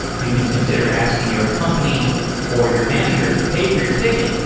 you can consider asking your company or your manager to pay for your ticket.